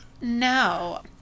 No